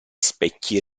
specchi